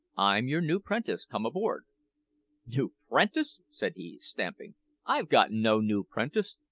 i'm your new prentice come aboard new prentice! said he, stamping i've got no new prentice.